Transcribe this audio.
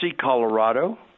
Colorado